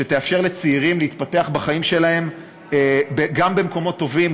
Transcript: שתאפשר לצעירים להתפתח בחיים שלהם גם במקומות טובים,